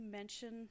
mention